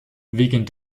wegen